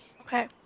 Okay